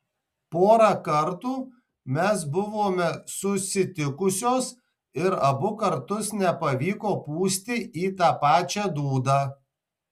porą kartų mes buvome susitikusios ir abu kartus nepavyko pūsti į tą pačią dūdą